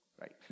Right